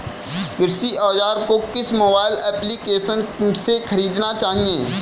कृषि औज़ार को किस मोबाइल एप्पलीकेशन से ख़रीदना चाहिए?